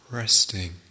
Resting